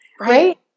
right